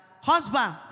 husband